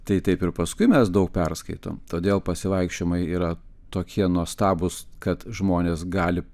tai taip ir paskui mes daug perskaitom todėl pasivaikščiojimai yra tokie nuostabūs kad žmonės gali